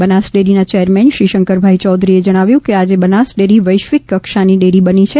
બનાસ ડેરીના ચેરમેન શ્રી શંકરભાઈ ચૌધરીએ જણાવ્યું કે આજે બનાસ ડેરી વૈશ્વિક કક્ષાની ડેરી બની છે